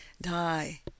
die